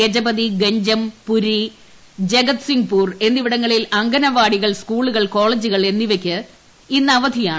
ഗജപതി ഗംജം പുരി ജഗദ്സിംഗ്പൂർ എന്നിവിടങ്ങളിൽ അംഗനവാടികൾ സ്കൂളുകൾ കോളേജുകൾ എന്നിവയ്ക്ക് ഇന്ന് അവധിയാണ്